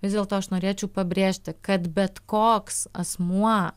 vis dėlto aš norėčiau pabrėžti kad bet koks asmuo